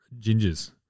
gingers